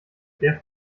der